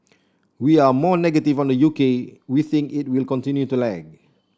we are more negative on the U K we think it will continue to lag